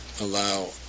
allow